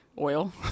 Oil